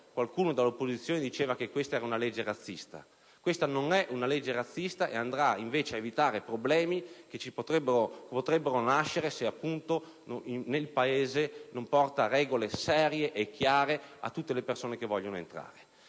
qualcuno dall'opposizione diceva che questa era una legge razzista. Questa non è una legge razzista e andrà invece ad evitare problemi che potrebbero nascere se nel Paese non vi sono regole serie e chiare per tutte le persone che vogliono entrare.